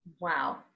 Wow